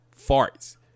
farts